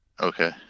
okay